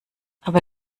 aber